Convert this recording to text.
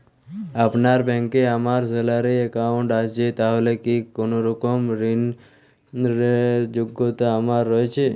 আপনার ব্যাংকে আমার স্যালারি অ্যাকাউন্ট আছে তাহলে কি কোনরকম ঋণ র যোগ্যতা আমার রয়েছে?